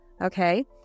Okay